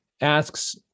asks